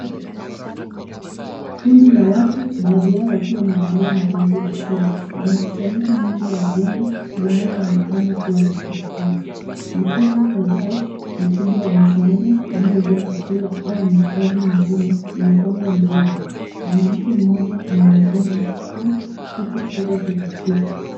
Kundi la watu baadhi yao wakiwa wamevalia mavazi asili wamekusanyika inje ya jengo linaloonekana kuwa la serikali. Mifuko kadhaa mikubwa ya msaada iliojaa chakula au mahitaji mengine yamepangwa mbele yao, mwanamke mmoja anaonekana akichukua kitu kutoka kwenye chupa.